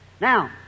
Now